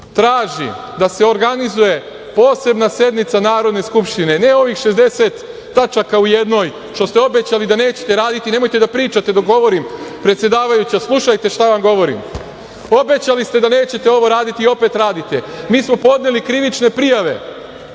traži da se organizuje posebna sednica Narodne skupštine, ne ovih 60 tačaka u jednoj, što ste obećali da nećete raditi. Nemojte da pričate dok govorim, predsedavajuća, slušajte šta vam govorim. Obećali ste da nećete ovo radite i opet radite. Mi smo podneli krivične prijave